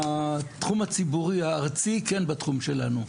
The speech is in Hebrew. התחום הציבורי הארצי כן בתחום שלנו,